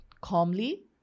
calmly